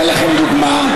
אתן לכם דוגמה.